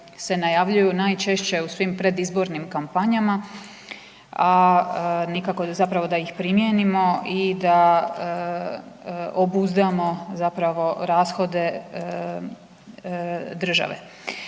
najčešće u svim predizbornim kampanjama, a nikako zapravo da ih primijenimo i da obuzdamo zapravo rashode države.